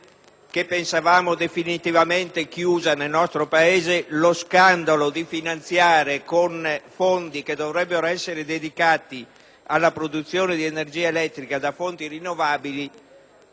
che pensavamo definitivamente chiusa nel nostro Paese e cioè lo scandalo di finanziare con fondi che dovrebbero essere dedicati alla produzione di energia elettrica da fonti rinnovabili